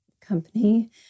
company